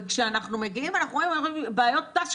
וכשאנחנו מגיעים אנחנו רואים בעיות ת"ש